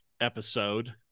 episode